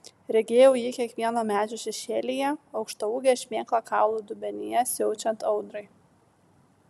regėjau jį kiekvieno medžio šešėlyje aukštaūgę šmėklą kaulų dubenyje siaučiant audrai